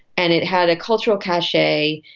and it had a cultural cachet.